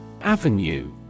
Avenue